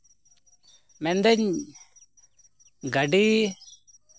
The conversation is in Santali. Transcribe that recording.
ᱢᱮᱱᱫᱟᱹᱧ ᱜᱟᱹᱰᱤ